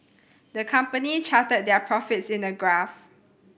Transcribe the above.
the company charted their profits in a graph